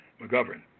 McGovern